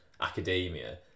academia